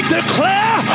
declare